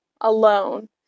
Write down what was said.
alone